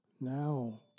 now